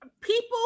people